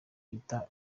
bita